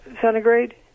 centigrade